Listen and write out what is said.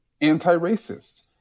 anti-racist